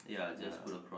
ya